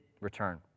return